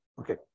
Okay